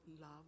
love